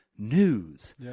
News